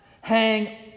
hang